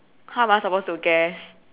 how am I supposed to guess